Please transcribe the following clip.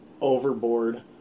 overboard